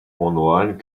online